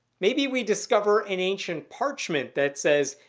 maybe we discover an ancient parchment that says,